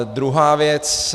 Druhá věc.